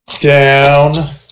down